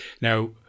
now